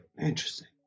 interesting